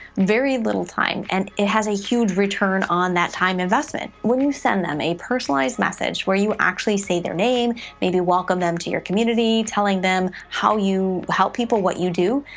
very little time, and it has a huge return on that time investment. when you send them a personalized message where you actually say their name, maybe welcome them to your community telling them how you help people, what you do,